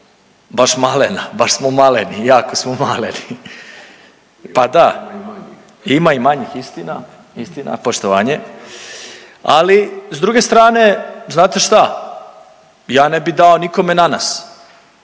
baš malena, baš smo maleni, jako smo maleni …/Upadica se ne razumije./… pa da ima i manjih istina, istina, poštovanje, ali s druge strane znate šta ja ne bi dao nikome na nas.